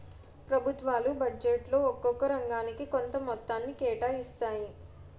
ప్రభుత్వాలు బడ్జెట్లో ఒక్కొక్క రంగానికి కొంత మొత్తాన్ని కేటాయిస్తాయి